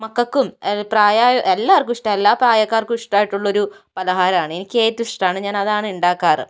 മക്കക്കും പ്രായമായ എല്ലാവർക്കും ഇഷ്ട എല്ലാ പ്രായക്കാർക്കും ഇഷ്ട്മായിട്ടുള്ള ഒരു പലഹാരമാണ് എനിക്ക് ഏറ്റവും ഇഷ്ടമാണ് ഞാൻ അതാണ് ഉണ്ടാക്കാറ്